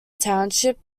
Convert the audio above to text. township